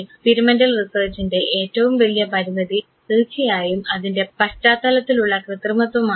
experimental റിസർച്ചിൻറെ ഏറ്റവും വലിയ പരിമിതി തീർച്ചയായും അതിൻറെ പശ്ചാത്തലത്തിലുള്ള കൃത്രിമത്വമാണ്